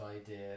idea